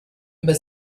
über